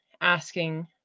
asking